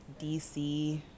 DC